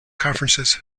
conferences